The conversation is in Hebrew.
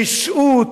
רשעות,